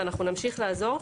ואנחנו נמשיך לעזור,